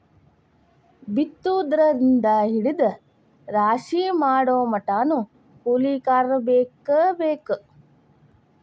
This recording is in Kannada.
ಬಿತ್ತುದರಿಂದ ಹಿಡದ ರಾಶಿ ಮಾಡುಮಟಾನು ಕೂಲಿಕಾರರ ಬೇಕ ಬೇಕ